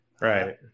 Right